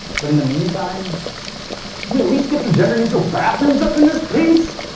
but, in the meantime, can we at least get some gender neutral bathrooms up in this piece?